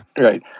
Right